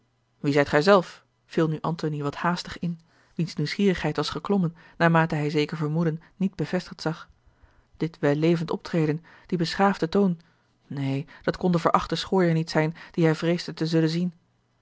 wie zijt gij zelf viel nu antony wat haastig in wiens nieuwsgierigheid was geklommen naarmate hij zeker vermoeden niet bevestigd zag dit wellevend optreden die beschaafde toon neen dat kon de verachte schooier niet zijn dien hij vreesde te zullen zien